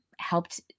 helped